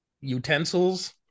utensils